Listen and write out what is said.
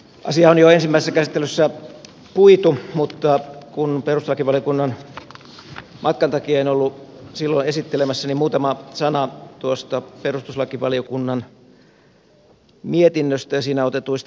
asiaa on jo ensimmäisessä käsittelyssä puitu mutta kun perustuslakivaliokunnan matkan takia en ollut silloin esittelemässä niin muutama sana tuosta perustuslakivaliokunnan mietinnöstä ja siinä otetuista kannoista